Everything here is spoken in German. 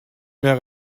mehr